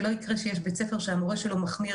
כדי שלא יקרה שיש בית ספר שהמורה שלו מחמיר